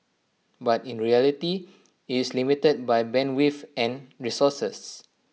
but in reality it's limited by bandwidth and resources